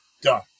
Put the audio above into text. Done